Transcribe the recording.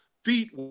feet